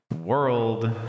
world